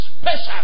special